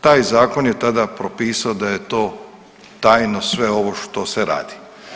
Taj zakon je tada propisao da je to tajno sve ovo što se radi.